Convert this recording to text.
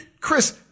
Chris